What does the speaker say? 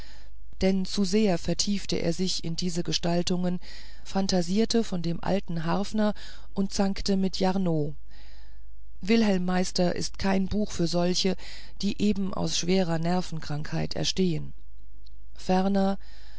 denn zu sehr vertiefte er sich in diese gestaltungen phantasierte von dem alten harfner und zankte mit jarno wilhelm meister ist kein buch für solche die eben aus schwerer nervenkrankheit erstehen ferner